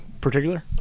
particular